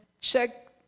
check